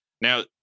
Now